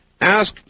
ask